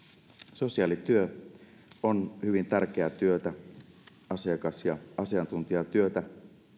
sosiaalityö on hyvin tärkeää työtä asiakas ja asiantuntijatyötä